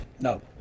No